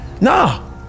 Nah